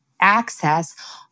access